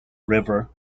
river